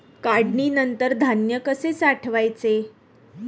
काढणीनंतर धान्य कसे साठवायचे?